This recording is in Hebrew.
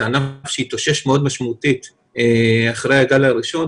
זה ענף שהתאושש מאוד משמעותית אחרי הגל הראשון.